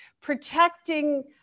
protecting